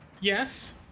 Yes